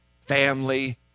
family